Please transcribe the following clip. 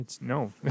No